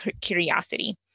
curiosity